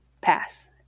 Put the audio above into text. pass